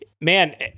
Man